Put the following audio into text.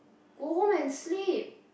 go home and sleep